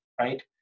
right